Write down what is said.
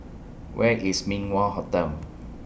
Where IS Min Wah Hotel